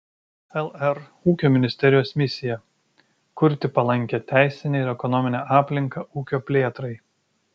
lr ūkio ministerijos misija kurti palankią teisinę ir ekonominę aplinką ūkio plėtrai